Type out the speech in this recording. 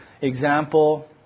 example